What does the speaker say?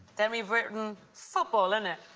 then we've written, football, innit?